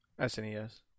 SNES